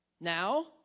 now